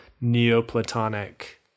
Neoplatonic